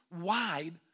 wide